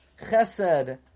chesed